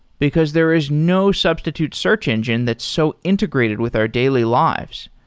because there is no substitute search engine that's so integrated with our daily lives.